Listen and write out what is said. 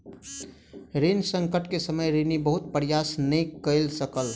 ऋण संकट के समय ऋणी बहुत प्रयास नै कय सकल